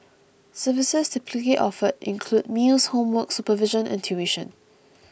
services typically offered include meals homework supervision and tuition